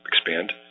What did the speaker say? expand